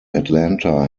atlanta